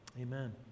Amen